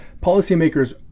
Policymakers